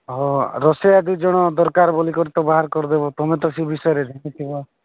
ହଁ ରୋଷେଇୟା ଦୁଇଜଣ ଦରକାର ବୋଲିକରି ତ ବାହାର କରିଦେବ ତମେ ତ ସେଇ ବିଷୟରେ ଜାଣିଥିବ